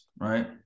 right